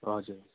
हजुर